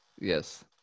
Yes